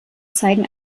zeigen